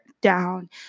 down